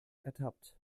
ertappt